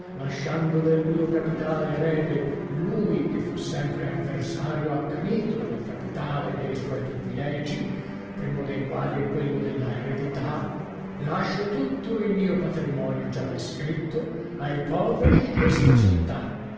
lasciando del mio capitale erede lui che fu sempre avversario accanito del capitale e dei suoi privilegi primo dei quali è quello della eredità lascio tutto il mio patrimonio già descritto ai poveri di questa città